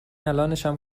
الانشم